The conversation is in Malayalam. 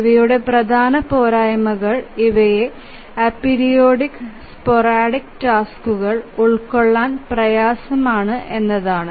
ഇവയുടെ പ്രധാന പോരായ്മകൾ ഇവയെ അപെരിയോഡിക് സ്പോറാഡിക് ടാസ്കുകൾ ഉൾക്കൊള്ളാൻ പ്രയാസമാണ് എന്നതാണ്